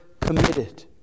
committed